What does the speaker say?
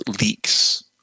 leaks